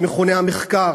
מכוני המחקר,